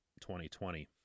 2020